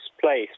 place